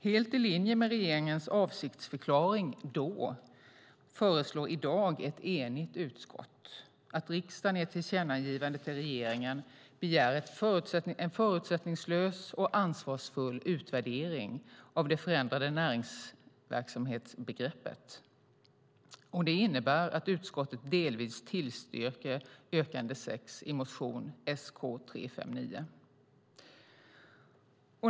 Helt i linje med regeringens avsiktsförklaring då föreslår i dag ett enigt utskott att riksdagen i ett tillkännagivande till regeringen begär en förutsättningslös och ansvarsfull utvärdering av det förändrade näringsverksamhetsbegreppet. Det innebär att utskottet delvis tillstyrker yrkande 6 i motion Sk359.